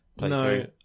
No